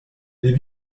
des